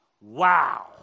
Wow